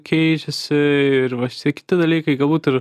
keičiasi ir va visi kiti dalykai galbūt ir